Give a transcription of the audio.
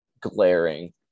glaring